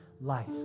life